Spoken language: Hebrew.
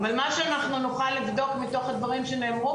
אבל מה שאנחנו נוכל לבדוק מתוך הדברים שנאמרו,